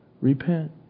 repent